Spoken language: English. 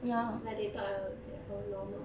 like they thought I I'm normal